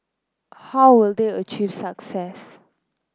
how will they achieve success